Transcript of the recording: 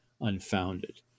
unfounded